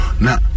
Now